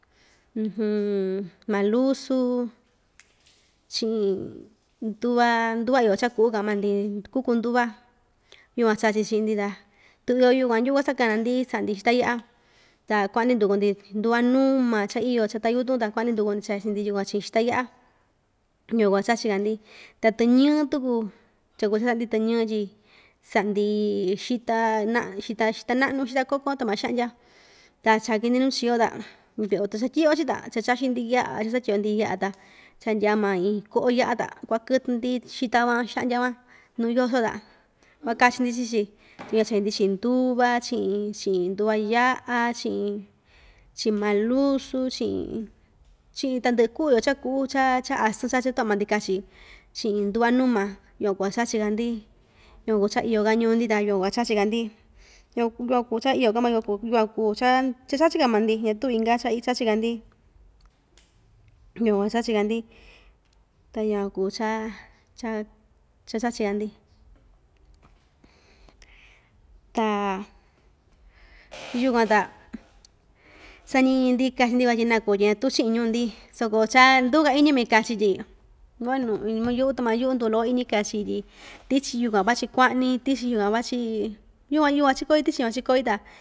malusu chiꞌin nduva nduva iyo chaꞌa kuꞌu kaꞌan maa‑ndi kuku nduva, yukuan chachi chiꞌin‑ndi ta tuu iyo yukuan yuva cha kana‑ndi saꞌa‑ndi xita yaꞌa ta kuaꞌan‑ndi nduku‑ndi nduva numa cha iyo chata yutun ta kuaꞌa‑ndi nduku‑ndi chachi‑ndi yukuan chiꞌin xita yaꞌa yukuan chachika‑ndi ta tɨñɨ tuku cha kuasaꞌa‑ndi tɨñɨ tyi saꞌa‑ndi xita naꞌa xita naꞌnu xita naꞌnu xita kokon tama xandya ta chaki‑ndi nuu chiyo ta tu cha tyiꞌyo‑chi ta cha chaxi‑ndi yaꞌa cha satyiꞌyo‑ndi yaꞌa ta cha ndyaa maa iin koꞌo yaꞌa ta kuakɨtɨ‑ndi xita van xandya van nuu yoso ta kuakachi‑ndi chichi yukuan chee‑ndi chiꞌin nduva chiꞌin chiꞌin nduva yaꞌa chiꞌin chiꞌin malusu chiꞌin chiꞌin tandɨꞌɨ kuu‑yo chaꞌa kuꞌu cha cha asɨn chachi‑yo tuꞌva maa‑ndi kachi chiꞌin nduva numa yukuan kuu cha chachi kandi yukuan kuu cha iyo‑ka ñuu‑ndi ta yukuan kuu cha chachika‑ndi yua yukuan kuu cha iyo ka maa yuku yukuan kuu cha cha chachika maa‑ndi ñatuu inka cha ichachika‑ndi yukuan kuu cha chachika‑ndi ta yukuan kuu cha cha chachika‑ndi ta yukuan ta sañiñi‑ni kachi‑ndi van naku tyi ñatuu chiꞌin ñuu‑ndi soko cha nduu‑ka iñi‑main kachi tyi tuma yuꞌu nduu loko iñi kachi tyi tichi tichi yukuan vachi kuaꞌni tichi yukuan vachi yukuan yukuan chikoi tichi van chikoi ta.